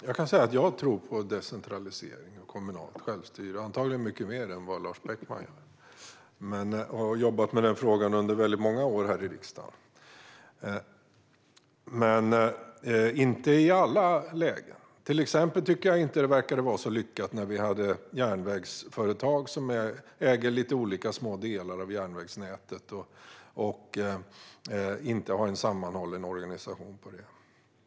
Fru talman! Jag tror på decentralisering och kommunalt självstyre, och jag gör det antagligen mycket mer än vad Lars Beckman gör. Jag har jobbat med frågan här i riksdagen under väldigt många år. Men jag tror inte på det inte i alla lägen. Exempelvis tycker jag inte att det var så lyckat med järnvägsföretag som äger olika små delar av järnvägsnätet och inte har en sammanhållen organisation för detta.